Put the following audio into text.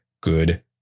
good